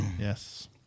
Yes